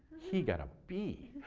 he got a b.